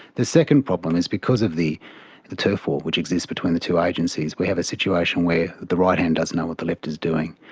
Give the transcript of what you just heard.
the second problem is because of the the turf war which exists between the two agencies, we have a situation where the right hand doesn't know what the left is doing.